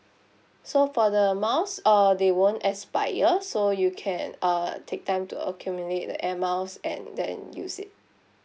so for the miles uh they won't expire so you can uh take time to accumulate the Air Miles and then use it